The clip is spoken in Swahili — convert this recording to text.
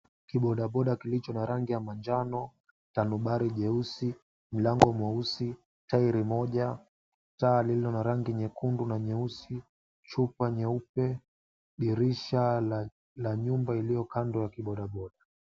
Kibodaboda kilicho na rangi ya manjano , tundubare jeusi, mlango mweusi, tairi moja, taa lilio na rangi nyekundu na nyeusi, chupa nyeupe, dirisha la nyumba iliyo kando ya kibodaboda.